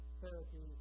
Therapy